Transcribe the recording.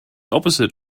opposite